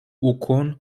ukłon